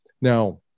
Now